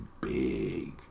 big